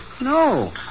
No